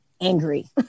angry